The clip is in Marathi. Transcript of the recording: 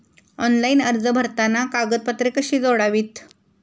ऑनलाइन अर्ज भरताना कागदपत्रे कशी जोडावीत?